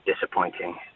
disappointing